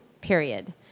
period